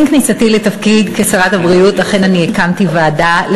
עם כניסתי לתפקידי כשרת הבריאות אכן אני הקמתי ועדה.